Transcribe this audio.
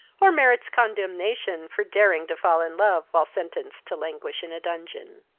or merits condemnation for daring to fall in love while sentenced to languish in a dungeon.